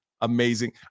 amazing